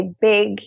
big